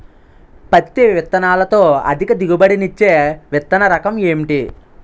పత్తి విత్తనాలతో అధిక దిగుబడి నిచ్చే విత్తన రకం ఏంటి?